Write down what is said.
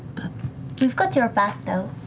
we've got your back though.